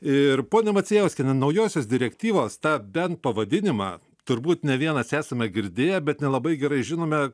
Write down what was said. ir ponia macijauskiene naujosios direktyvos tą bent pavadinimą turbūt ne vienas esame girdėję bet nelabai gerai žinome